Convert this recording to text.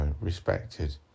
respected